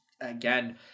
again